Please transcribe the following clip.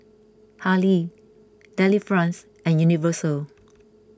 Hurley Delifrance and Universal